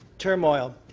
turmoil.